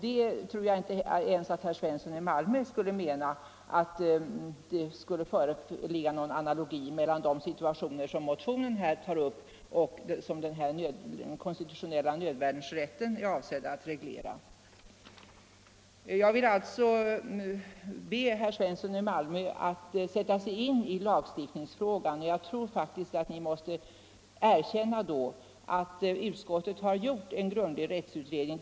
Jag tror inte ens att herr Svensson i Malmö menar att det skulle föreligga någon analogi mellan de situationer som motionen tar upp och dem som den konstitutionella nödrätten är avsedd att reglera. Jag vill alltså be herr Svensson i Malmö att sätta sig in i lagstiftningsfrågan. Jag tror att ni då måste erkänna att utskottet har gjort en grundlig rättsutredning.